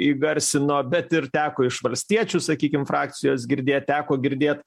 įgarsino bet ir teko iš valstiečių sakykim frakcijos girdėt teko girdėt